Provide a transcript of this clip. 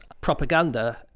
propaganda